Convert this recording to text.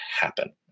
happen